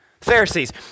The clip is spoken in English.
Pharisees